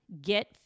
get